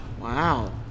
Wow